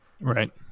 right